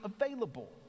available